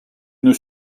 une